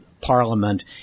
Parliament